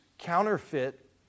counterfeit